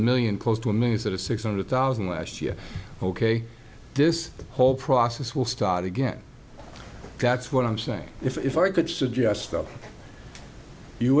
million close to a minute of six hundred thousand last year ok this whole process will start again that's what i'm saying if i could suggest that you